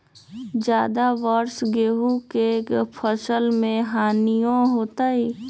ज्यादा वर्षा गेंहू के फसल मे हानियों होतेई?